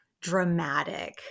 dramatic